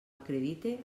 acredite